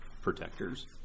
protectors